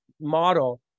model